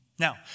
Now